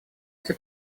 эти